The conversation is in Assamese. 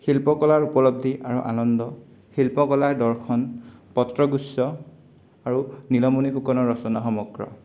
শিল্পকলাৰ উপলব্ধি আৰু আনন্দ শিল্পকলাৰ দৰ্শন পত্ৰগোস্ব আৰু নীলমণি ফুকনৰ ৰচনা সমগ্ৰ